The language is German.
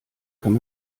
kann